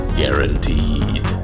guaranteed